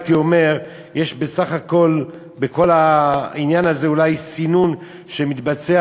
יש בסך הכול בכל העניין הזה אולי סינון שמתבצע